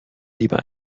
lieber